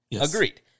Agreed